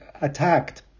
attacked